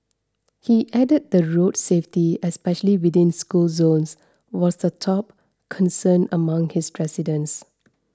he added that road safety especially within school zones was the top concern among his residents